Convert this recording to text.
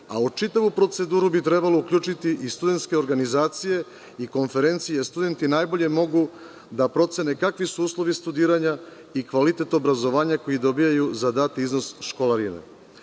a u čitavu proceduru bi trebalo uključiti i studentske organizacije i konferencije, jer studenti najbolje mogu da procene kakvi su uslovi studiranja i kvalitet obrazovanja koji dobijaju za dati iznos